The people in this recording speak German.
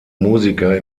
musiker